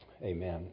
Amen